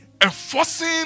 enforcing